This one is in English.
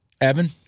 Evan